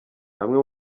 amwe